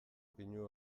pinu